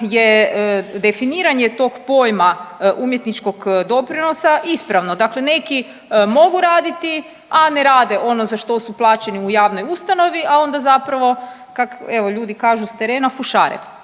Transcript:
je definiranje tog pojma umjetničkog doprinosa ispravno. Dakle, neki mogu raditi, a ne rade ono za što su plaćeni u javnoj ustanovi, a onda zapravo kak evo ljudi kažu s terena fušare.